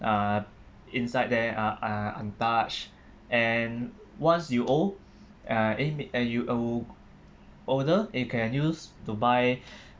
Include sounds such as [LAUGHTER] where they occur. uh inside there uh are untouched and once you're old uh eh eh you o~ older you can use to buy [BREATH]